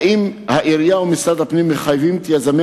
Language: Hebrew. האם העירייה ומשרד הפנים מחייבים את יזמי